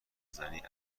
زنی